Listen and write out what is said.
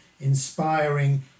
inspiring